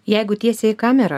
jeigu tiesiai į kamerą